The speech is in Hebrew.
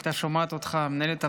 אם הייתה שומעת אותך מנהלת הוועדה,